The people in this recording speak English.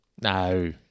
No